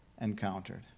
encountered